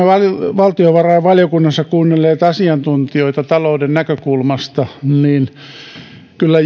valtiovarainvaliokunnassa kuunnelleet asiantuntijoita talouden näkökulmasta niin kyllä